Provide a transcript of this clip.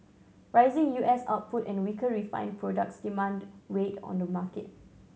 rising U S output and weaker refined products demand weighed on the market